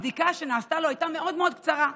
הבדיקה שנעשתה לו הייתה מאוד מאוד קצרה,